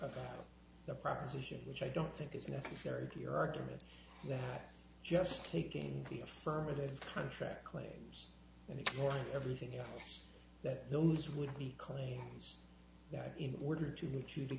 proposition which i don't think is necessary to your argument that just taking the affirmative contract claims and ignoring everything else that those would be claims that in order to get you to